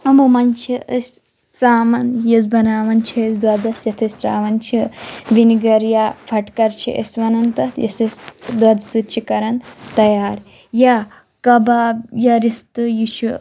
یِمو منٛز چھِ أسۍ ژامَن یۄس بناوان چھِ أسۍ دۄدَس یَتھ أسۍ ترٛاوان چھِ وِنِگَر یا فَٹکَر چھِ أسۍ وَنان تَتھ یُس أسۍ دۄدٕ سۭتۍ چھِ کَران تیار یا کَباب یا رِستہٕ یہِ چھُ